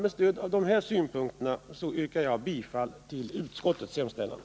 Med stöd av de här synpunkterna yrkar jag, herr talman, bifall till utskottets hemställan.